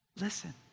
listen